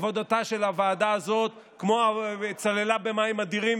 עבודתה של הוועדה הזאת צללה במים אדירים,